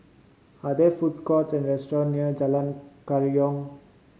are there food courts and restaurant near Jalan Kerayong